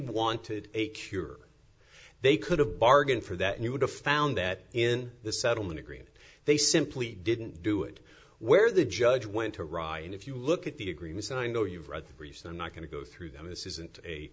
wanted a cure they could have bargained for that and you would have found that in the settlement agreement they simply didn't do it where the judge went to ryan if you look at the agreements and i know you've read are you so not going to go through them this isn't a